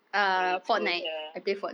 eh cool sia